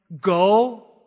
go